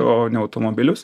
o ne automobilius